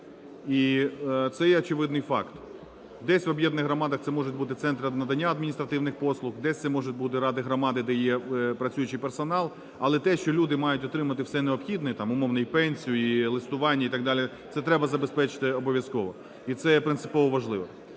І це є очевидний факт. Десь в об'єднаних громадах це можуть бути центри надання адміністративних послуг. Десь це можуть бути ради громади, де є працюючий персонал. Але те, що люди мають отримати все необхідне, там, умовно, і пенсію, і листування і так далі, це треба забезпечити обов'язково, і це є принципово важливим.